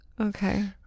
Okay